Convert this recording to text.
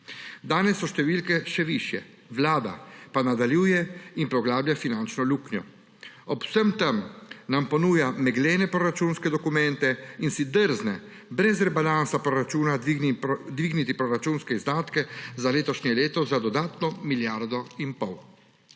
Danes so številke še višje, Vlada pa nadaljuje in poglablja finančno luknjo. Ob vsem tem nam ponuja meglene proračunske dokumente in si drzne brez rebalansa proračuna dvigniti proračunske izdatke za letošnje leto za dodatno milijardo in pol.